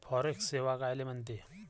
Forex सेवा कायले म्हनते?